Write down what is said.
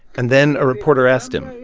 and then a reporter asked him,